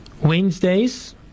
Wednesdays